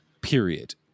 period